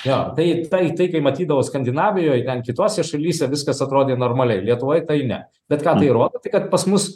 jo tai tai tai kai matydavau skandinavijoj ten kitose šalyse viskas atrodė normaliai lietuvoj tai ne bet ką tai rodo tai kad pas mus